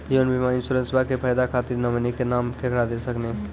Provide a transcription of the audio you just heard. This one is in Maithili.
जीवन बीमा इंश्योरेंसबा के फायदा खातिर नोमिनी के नाम केकरा दे सकिनी?